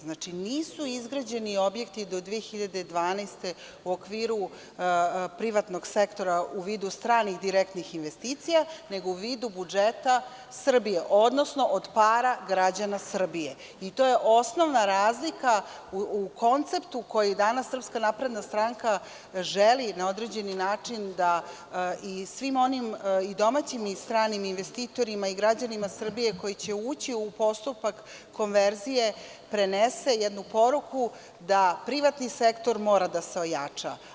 Znači, nisu izgrađeni objekti do 2012. godine u okviru privatnog sektora u vidu stranih direktnih investicija, nego u vidu budžeta Srbije, odnosno od para građana Srbije i to je osnovna razlika u konceptu koji danas SNS želi na određeni način da i svim onim domaćim i stranim investitorima i građanima Srbije, koji će ući u postupak konverzije, prenese jednu poruku da privatni sektor mora da se ojača.